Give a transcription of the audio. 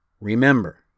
Remember